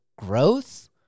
growth